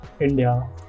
India